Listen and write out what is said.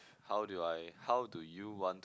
how do I how do you want